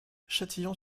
châtillon